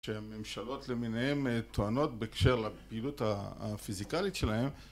כשהממשלות למיניהן טוענות בהקשר לפעילות הפיזיקלית שלהן